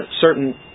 certain